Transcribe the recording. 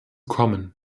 kommen